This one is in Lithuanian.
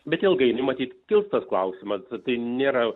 bet ilgainiui matyt kils klausimas tai nėra